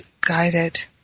guided